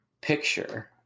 picture